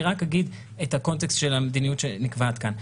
אני רק אגיד את הקונטקסט של המדיניות שנקבעת כאן.